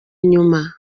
inyuma